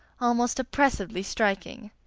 almost oppressively striking.